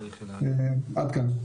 עד כאן.